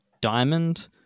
diamond